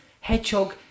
Hedgehog